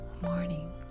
morning